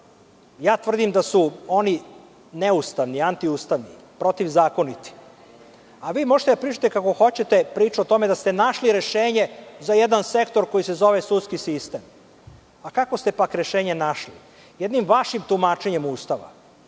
Tvrdim da su oni neustavni, antiustavni, protivzakoniti. Vi možete da pričate kako hoćete priču o tome da ste našli rešenje za jedan sektor koji se zove sudski sistem. Pa, kakvo ste rešenje našli? Jednim vašim tumačenjem Ustava.